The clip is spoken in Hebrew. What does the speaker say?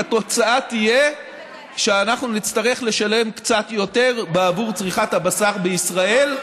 התוצאה תהיה שאנחנו נצטרך לשלם קצת יותר בעבור צריכת הבשר בישראל,